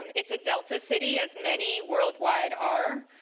um it's a delta city, as many worldwide are,